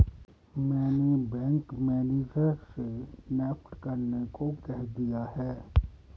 मैंने bank manager से NEFT करने को कह दिया है